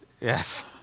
Yes